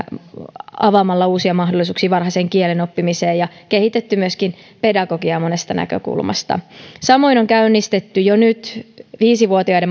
avaamalla uusia mahdollisuuksia varhaiseen kielen oppimiseen ja kehitetty myöskin pedagogiaa monesta näkökulmasta samoin on käynnistetty jo nyt viisi vuotiaiden